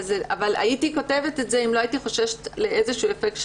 אבל הייתי כותבת את זה אם לא הייתי חוששת לאיזשהו אפקט שלילי.